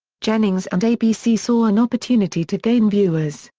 jennings and abc saw an opportunity to gain viewers,